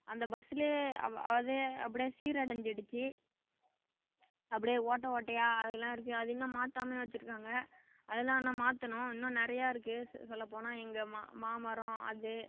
அந்த பஸ்லையே அப் அதே அப்படியே சீரடைஞ்சிடுச்சு அப்படியே ஓட்ட ஓட்டையாக அதெலாம் இருக்கு அது இன்னும் மாற்றாமையே வச்சுருக்காங்க அதெலாம் இன்னும் மாற்றணும் இன்னும் நிறையா இருக்கு ஸ் சொல்லப்போனால் எங்கள் மா மாமரம் அது